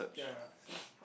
ya